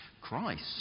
Christ